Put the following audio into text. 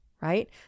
right